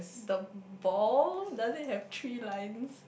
the ball does it have three lines